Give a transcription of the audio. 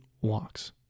walks